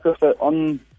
on